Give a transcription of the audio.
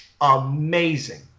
amazing